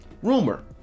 Rumor